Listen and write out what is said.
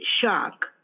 shock